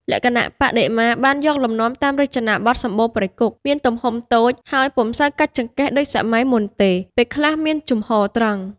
លក្ខណៈបដិមាបានយកលំនាំតាមរចនាបថសម្បូណ៍ព្រៃគុក មានទំហំតូច ហើយពុំសូវកាច់ចង្កេះដូចសម័យមុនទេ ពេលខ្លះមានជំហរត្រង់។